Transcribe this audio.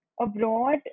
abroad